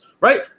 right